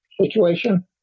situation